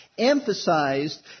emphasized